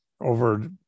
over